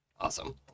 Awesome